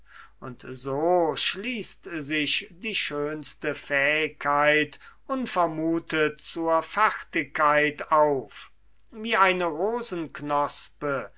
und so schließt sich die schönste fähigkeit unvermutet zur fertigkeit auf wie eine